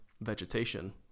vegetation